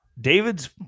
David's